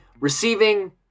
receiving